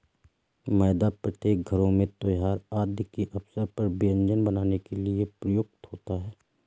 मैदा प्रत्येक घरों में त्योहार आदि के अवसर पर व्यंजन बनाने के लिए प्रयुक्त होता है